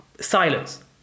silence